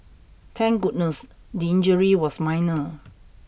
thank goodness the injury was minor